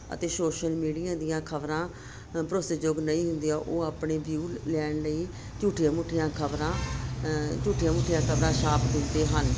ਅਤੇ social media ਦੀਆਂ ਖ਼ਬਰਾਂ ਭਰੋਸੇਯੋਗ ਨਹੀਂ ਹੁੰਦੀਆਂ ਉਹ ਆਪਣੇ ਵਿਊ ਲੈਣ ਲਈ ਝੂਠੀਆਂ ਮੂਠੀਆਂ ਖ਼ਬਰਾਂ ਝੂਠੀਆਂ ਮੂਠੀਆਂ ਖ਼ਬਰਾਂ ਛਾਪ ਦਿੰਦੇ ਹਨ